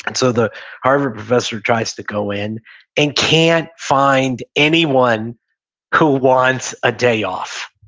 and so the harvard professor tries to go in and can't find anyone who wants a day off,